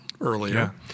earlier